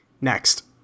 Next